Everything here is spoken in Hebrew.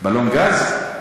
בלון גז.